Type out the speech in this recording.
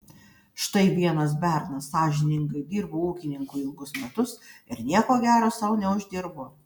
štai vienas bernas sąžiningai dirbo ūkininkui ilgus metus ir nieko gero sau neuždirbo